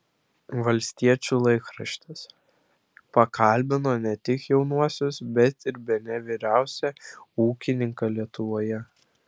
valstiečių laikraštis pakalbino ne tik jaunuosius bet ir bene vyriausią ūkininką lietuvoje